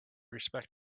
respect